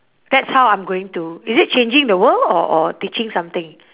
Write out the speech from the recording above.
that's how I'm going to is it changing the world or or teaching something